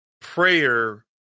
prayer